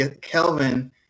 Kelvin